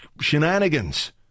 shenanigans